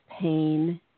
pain